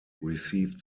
received